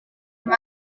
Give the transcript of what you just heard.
hari